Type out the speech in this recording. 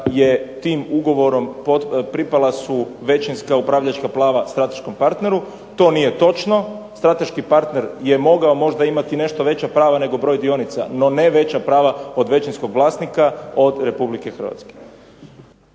je tim ugovorom pripala su većinska upravljačka prava strateškom partneru. To nije točno. Strateški partner je mogao možda imati nešto veća prava nego broj dionica, no ne veća prava od većinskog vlasnika od Republike Hrvatske.